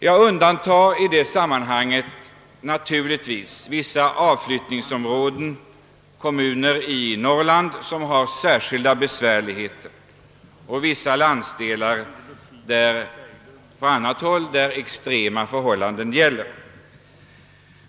Jag undantar i detta sammanhang kommuner i Norrlands avfolkningsområden som har särskilda svårigheter liksom också kommuner i vissa andra landsdelar med extrema förhållanden.